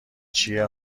چیه